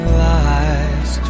lies